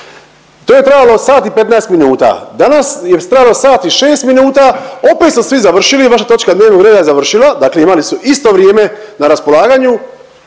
To je trajalo sat i 15 minuta. Danas je trajalo je sat i šest minuta. Opet smo svi završili, vaša točka dnevnog reda je završila. Dakle, imali su isto vrijeme na raspolaganju.